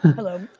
hello,